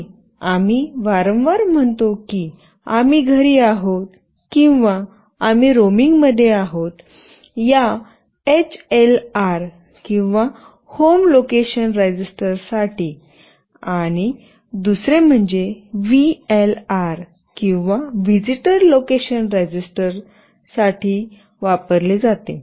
आणि आम्ही वारंवार म्हणतो की आम्ही घरी आहोत किंवा आम्ही रोमिंग मध्ये आहोत या एचएलआर किंवा होम लोकेशन रजिस्टरसाठी आणि दुसरे म्हणजे व्हीएलआर किंवा व्हिजिटर लोकेशन रजिस्टर वापरले जाते